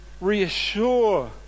reassure